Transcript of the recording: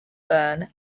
burn